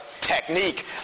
Technique